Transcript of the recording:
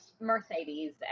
Mercedes